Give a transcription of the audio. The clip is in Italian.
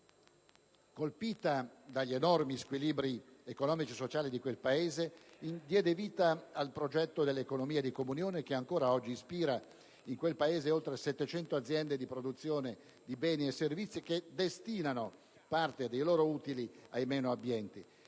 colpita dagli enormi squilibri economici e sociali di quel Paese, diede il via al progetto dell'economia di comunione, che ancora oggi ispira la gestione di oltre 700 aziende di produzione di beni e servizi, che destinano parte dei loro utili ai meno abbienti.